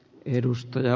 seurauksena